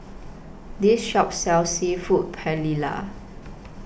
This Shop sells Seafood Paella